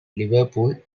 liverpool